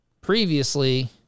previously